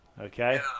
Okay